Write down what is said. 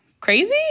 crazy